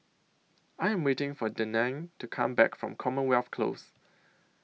I Am waiting For Denine to Come Back from Commonwealth Close